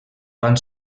van